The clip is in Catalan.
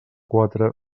quatre